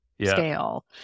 scale